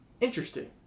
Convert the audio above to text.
interesting